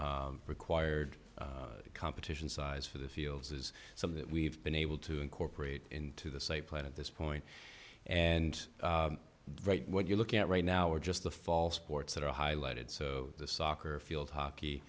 minimum required competition size for the fields is something that we've been able to incorporate into the site plan at this point and right what you're looking at right now are just the fall sports that are highlighted so the soccer field hockey